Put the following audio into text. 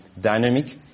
dynamic